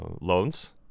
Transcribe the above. loans